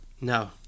No